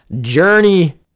journey